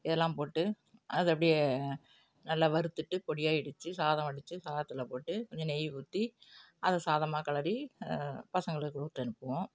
இதெல்லாம் போட்டு அதை அப்படியே நல்லா வறுத்துட்டு பொடியாக இடிச்சு சாதம் வடிச்சு சாதத்தில் போட்டு கொஞ்சம் நெய் ஊற்றி அதை சாதமாக கிளறி பசங்களுக்கு கொடுத்தனுப்புவோம்